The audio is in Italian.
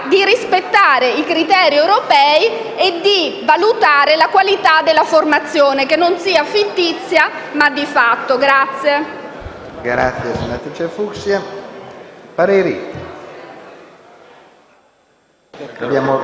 di rispettare i criteri europei e di valutare la qualità della formazione, affinché non sia fittizia ma di fatto.